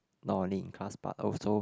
not only in class but also